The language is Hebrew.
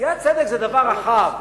עשיית צדק זה דבר רחב,